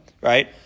right